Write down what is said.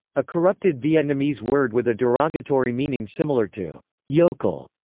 a corrupted vietnamese word with a derogatory meaning similar to yokel,